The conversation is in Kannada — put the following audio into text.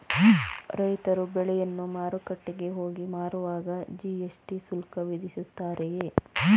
ರೈತರು ಬೆಳೆಯನ್ನು ಮಾರುಕಟ್ಟೆಗೆ ಹೋಗಿ ಮಾರುವಾಗ ಜಿ.ಎಸ್.ಟಿ ಶುಲ್ಕ ವಿಧಿಸುತ್ತಾರೆಯೇ?